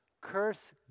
Curse